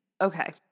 Okay